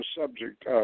subject